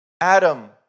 adam